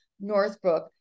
Northbrook